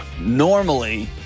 Normally